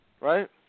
Right